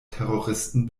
terroristen